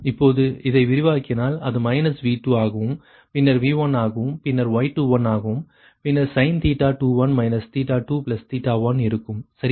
இப்போது இதை விரிவாக்கினால் அது மைனஸ் V2 ஆகவும் பின்னர் V1 ஆகவும் பின்னர் Y21ஆகவும் பின்னர் sin⁡21 21 இருக்கும் சரியா